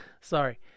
sorry